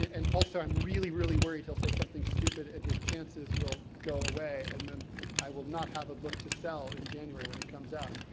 and also, i'm really, really worried he'll say something stupid, and his chances will go away, and then i will not have a book to sell in january, when it comes out.